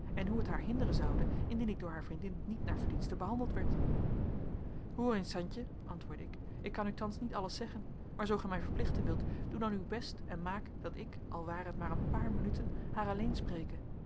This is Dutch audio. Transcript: en hoe het haar hinderen zoude indien ik door haar vriendin niet naar verdiensten behandeld werd hoor eens santje antwoordde ik ik kan u thans niet alles zeggen maar zoo gij mij verplichten wilt doe dan uw best en maak dat ik al ware het maar een paar minuten haar alleen spreke